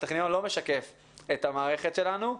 הטכניון לא משקף את המערכת שלנו.